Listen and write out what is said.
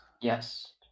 Yes